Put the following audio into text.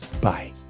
Bye